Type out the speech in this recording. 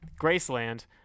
Graceland